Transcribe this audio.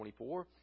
24